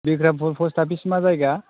Bikrampur post office मा जायगा